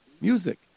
music